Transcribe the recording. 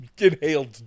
inhaled